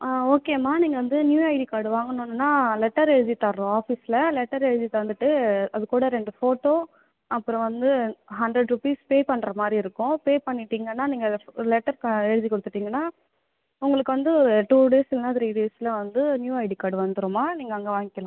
ஆ okay மா நீங்கள் வந்து நியூ ஐடி கார்டு வாங்கணுனுன்னா லெட்டர் எழுதி தருவோம் ஆஃபிஸில் லெட்டர் எழுதி தந்துவிட்டு அதுக்கூட ரெண்டு ஃபோட்டோ அப்புறம் வந்து ஹண்ட்ரெட் ருபீஸ் பே பண்ணுகிற மாதிரி இருக்கும் பே பண்ணிட்டிங்கனா நீங்கள் ஒரு லெட்டர் க எழுதி கொடுத்துடீங்கனா உங்களுக்கு வந்து டூ டேஸ் இல்லைன்னா த்ரீ டேஸில் வந்து நியூ ஐடி கார்டு வந்து விடும் மா நீங்கள் அங்கே வாங்கிக்கலாம்